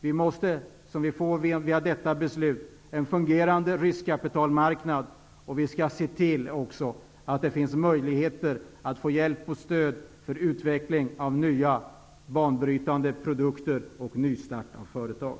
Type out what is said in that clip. Vi måste ha, vilket vi får med detta beslut, en fungerande riskkapitalmarknad. Vi skall också se till att det finns möjligheter att få hjälp och stöd för utveckling av nya banbrytande produkter och nystartning av företag.